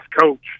coach